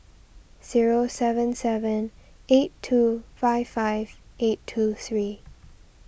zero seven seven eight two five five eight two three